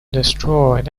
destroyed